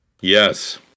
Yes